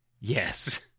Yes